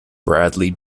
bradley